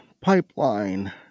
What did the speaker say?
Pipeline